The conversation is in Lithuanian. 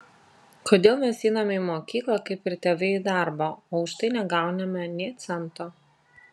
kodėl mes einame į mokyklą kaip ir tėvai į darbą o už tai negauname nė cento